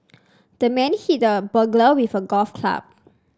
the man hit the burglar with a golf club